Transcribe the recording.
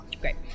great